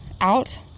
out